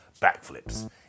backflips